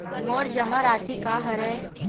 मोर जमा राशि का हरय?